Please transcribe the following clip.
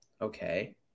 Okay